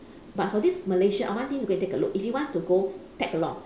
but for this malaysia I want him to go take a look if he wants to go tag along